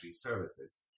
services